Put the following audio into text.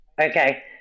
Okay